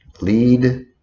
Lead